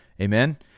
Amen